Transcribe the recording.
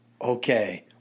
okay